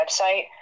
website